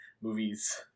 movies